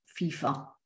FIFA